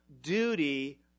duty